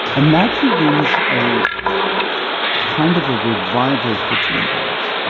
and that begins a kind of a revival for gene debs.